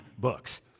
books